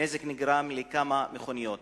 נזק נגרם לכמה מכוניות.